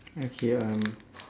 okay um